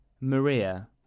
Maria